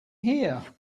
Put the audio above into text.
here